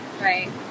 right